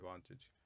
advantage